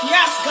Yes